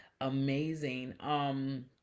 amazing